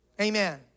Amen